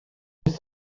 beth